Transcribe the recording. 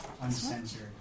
uncensored